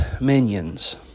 minions